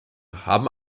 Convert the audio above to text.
haben